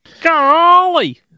golly